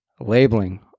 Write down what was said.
Labeling